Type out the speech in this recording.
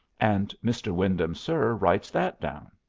and mr. wyndham, sir, writes that down.